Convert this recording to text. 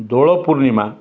Dolpurnima